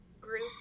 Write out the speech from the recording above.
group